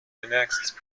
annexed